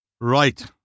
Right